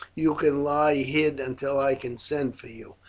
you can lie hid until i can send for you.